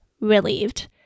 Relieved